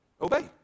Obey